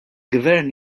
gvern